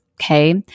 Okay